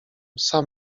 sam